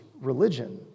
religion